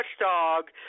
watchdog